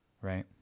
right